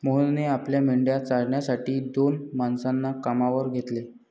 मोहनने आपल्या मेंढ्या चारण्यासाठी दोन माणसांना कामावर घेतले